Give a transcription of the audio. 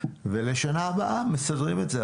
ולשנה הבאה מסדרים את זה?